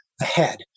ahead